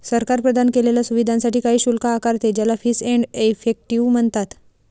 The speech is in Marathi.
सरकार प्रदान केलेल्या सुविधांसाठी काही शुल्क आकारते, ज्याला फीस एंड इफेक्टिव म्हणतात